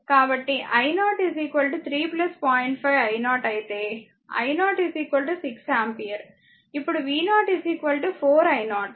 5 i0 అయితే i0 6 ampere ఇప్పుడు v0 4 i0